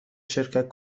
شرکت